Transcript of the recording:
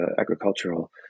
agricultural